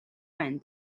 байна